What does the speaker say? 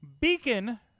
Beacon